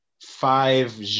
five